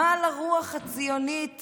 מה לרוח הציונית